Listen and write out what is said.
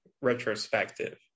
retrospective